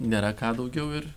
nėra ką daugiau ir